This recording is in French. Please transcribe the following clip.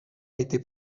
été